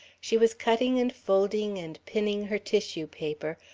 she was cutting and folding and pinning her tissue paper,